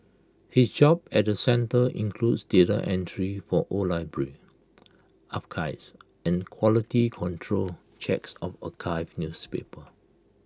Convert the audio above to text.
his job at the centre includes data entry for old library archives and quality control checks of archived newspapers